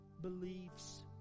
beliefs